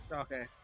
Okay